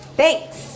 thanks